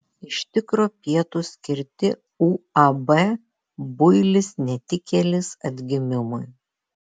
iš tikro pietūs skirti uab builis netikėlis atgimimui